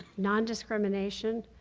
non-discrimination,